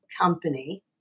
company